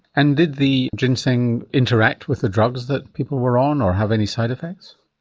and did the ginseng interact with the drugs that people were on, or have any side effects?